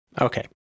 Okay